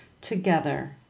together